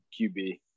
QB